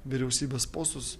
vyriausybės postus